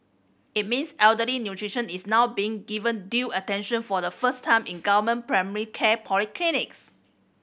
it means elderly nutrition is now being given due attention for the first time in government primary care polyclinics